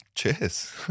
Cheers